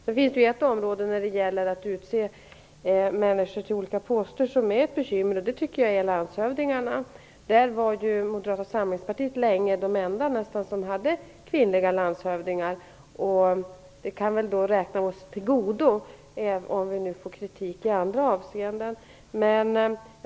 Det finns ju ett område som är ett bekymmer när det gäller att utse människor till olika poster och det handlar om landshövdingarna. Där var ju vi i Moderata samlingspartiet länge de enda som föreslog kvinnliga landshövdingar. Det kan vi väl räkna oss till godo, om vi nu får kritik i andra avseenden.